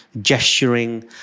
gesturing